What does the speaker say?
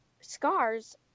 scars